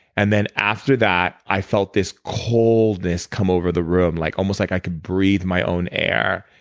and then, after that i felt this coldness come over the room, like almost like i could breathe my own air.